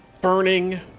burning